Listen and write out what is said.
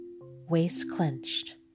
waist-clenched